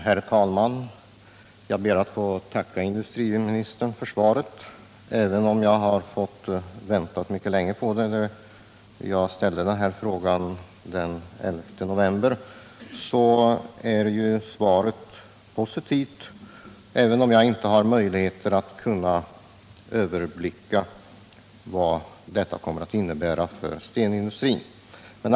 Herr talman! Jag ber att få tacka industriministern för svaret. Även om jag har fått vänta mycket länge på det — jag ställde den här frågan den 11 november - är ju svaret positivt, låt vara att jag inte har möjligheter att överblicka vad de här åtgärderna kommer att innebära för stenindustrin.